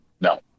no